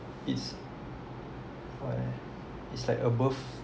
is why it's like above